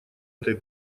этой